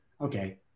Okay